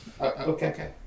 okay